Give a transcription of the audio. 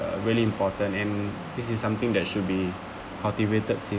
uh really important and this is something that should be cultivated since